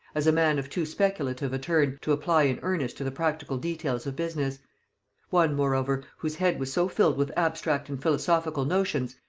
as a man of too speculative a turn to apply in earnest to the practical details of business one moreover whose head was so filled with abstract and philosophical notions,